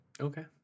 Okay